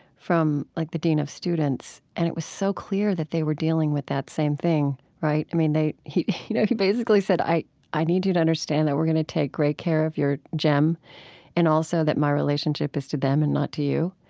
from like the dean of students and it was so clear that they were dealing with that same thing, right? i mean, they you know basically said i i need you to understand that we're going to take great care of your gem and also that my relationship is to them and not to you.